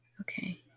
Okay